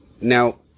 Now